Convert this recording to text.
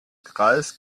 kreis